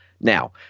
Now